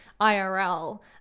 IRL